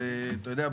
ואתה יודע,